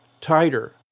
tighter